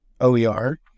OER